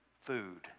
food